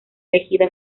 elegida